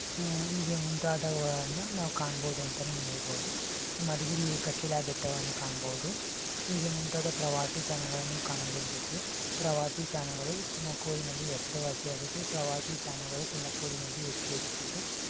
ಹೀಗೆ ಮುಂತಾದವುಗಳನ್ನು ನಾವು ಕಾಣ್ಬೋದು ಅಂತನೆ ಹೇಳ್ಬೋದು ಮಧುಗಿರಿ ಏಕಶಿಲಾ ಬೆಟ್ಟವನ್ನು ಕಾಣ್ಬೋದು ಹೀಗೆ ಮುಂತಾದ ಪ್ರವಾಸಿ ತಾಣಗಳನ್ನು ಕಾಣುವುದರ ಜೊತೆಗೆ ಪ್ರವಾಸಿ ತಾಣಗಳು ತುಮಕೂರಿನಲ್ಲಿ ಹೆಸರು ವಾಸಿಯಾಗಿದೆ ಪ್ರವಾಸಿ ತಾಣಗಳು ತುಮಕೂರಿನಲ್ಲಿ ಹೆಚ್ಚು ಹೆಚ್ಚು ಇದ್ದು